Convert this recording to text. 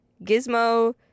gizmo